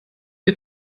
die